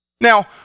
Now